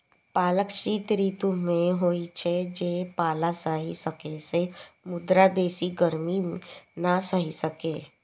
पालक शीत ऋतु मे होइ छै, जे पाला सहि सकै छै, मुदा बेसी गर्मी नै सहि सकै छै